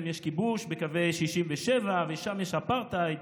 יש כיבוש בקווי 67' וששם יש אפרטהייד,